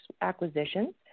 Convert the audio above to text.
acquisitions